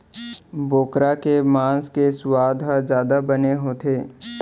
बोकरा के मांस के सुवाद ह जादा बने होथे